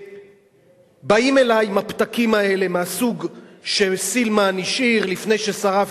ובאים אלי עם הפתקים האלה מהסוג שסילמן השאיר לפני ששרף